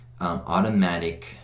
automatic